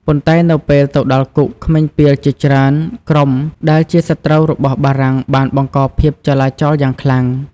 ប៉ុន្តែនៅពេលទៅដល់គុក ក្មេងពាលជាច្រើនក្រុមដែលជាសត្រូវរបស់បារាំងបានបង្កភាពចលាចលយ៉ាងខ្លាំង។